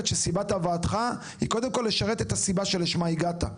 שסיבת הבאתך היא קודם כל לשרת את הסיבה שלשמה אתה באת.